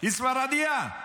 היא ספרדייה.